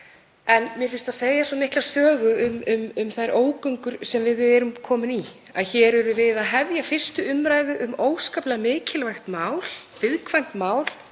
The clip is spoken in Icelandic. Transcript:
en mér finnst það segja mikla sögu um þær ógöngur sem við erum komin í að hér erum við að hefja 1. umr. um óskaplega mikilvægt mál, viðkvæmt mál